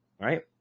right